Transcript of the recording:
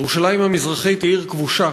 ירושלים המזרחית היא עיר כבושה,